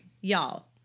Y'all